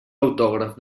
autògraf